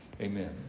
Amen